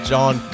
John